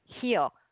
heal